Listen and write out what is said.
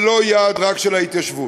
זה לא רק יעד של ההתיישבות.